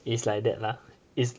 it's like that lah it's